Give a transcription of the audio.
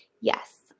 yes